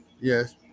Yes